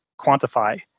quantify